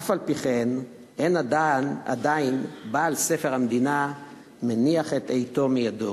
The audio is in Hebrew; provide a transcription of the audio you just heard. אף-על-פי-כן אין עדיין בעל ספר המדינה מניח את עטו מידו,